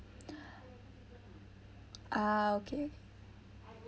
ah okay